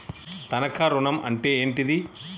తనఖా ఋణం అంటే ఏంటిది?